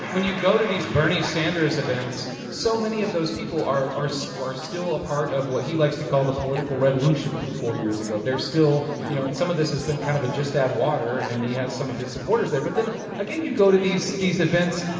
when you go to these bernie sanders events, so many of those people are are so still a part of what he likes to call the political revolution from four years ago. they're still you know, and some of this has been kind of a just add water, and he has some of his supporters there. but then again, you go to these these events,